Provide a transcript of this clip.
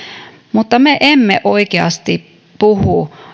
mutta me emme oikeasti puhu siitä